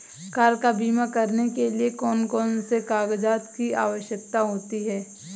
Car का बीमा करने के लिए कौन कौन से कागजात की आवश्यकता होती है?